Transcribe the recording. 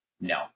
No